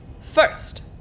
First